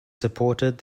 supported